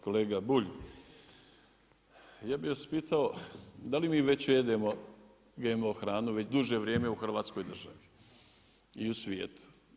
Kolega Bulj, ja bih vas pitao da li mi već jedemo GMO hranu već duže vrijeme u Hrvatskoj državi i u svijetu?